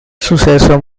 suceso